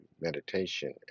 meditation